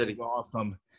awesome